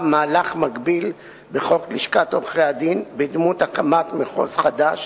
מהלך מקביל בחוק לשכת עורכי-הדין בדמות הקמת מחוז חדש